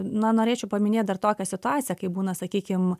na norėčiau paminėt dar tokią situaciją kai būna sakykim